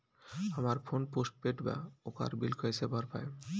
हमार phone postpaid बा ओकर बिल कईसे भर पाएम?